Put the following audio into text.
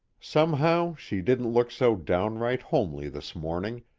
somehow she didn't look so downright homely this morning,